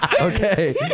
Okay